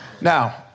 Now